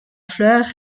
fleur